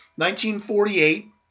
1948